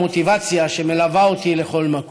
המוטיבציה שמלווה אותי לכל מקום: